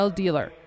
dealer